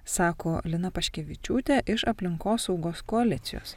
sako lina paškevičiūtė iš aplinkosaugos koalicijos